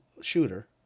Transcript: shooter